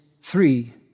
three